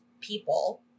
people